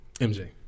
MJ